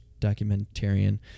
documentarian